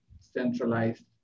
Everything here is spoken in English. centralized